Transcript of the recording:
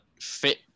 fit